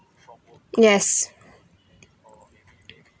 yes